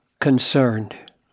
concerned